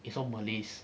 is all malays